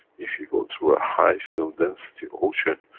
if you go through a high field density ocean,